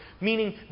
meaning